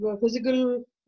physical